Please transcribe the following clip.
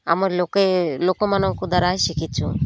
ଆମର୍ ଲୋକେ ଲୋକମାନଙ୍କ ଦ୍ୱାରା ହ ଶିଖିଛୁ